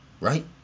right